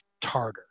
tartar